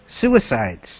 suicides